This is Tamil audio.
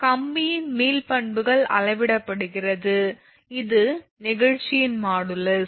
எனவே கம்பியின் மீள் பண்புகள் அளவிடப்படுகிறது இது நெகிழ்ச்சியின் மாடுலஸ்